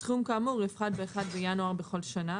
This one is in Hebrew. סכום כאמור יופחת ב- 1 בינואר בכל שנה,